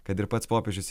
kad ir pats popiežius